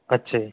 ਅੱਛਾ ਜੀ